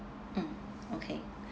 mm okay